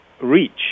reach